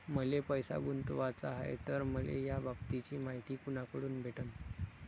मले पैसा गुंतवाचा हाय तर मले याबाबतीची मायती कुनाकडून भेटन?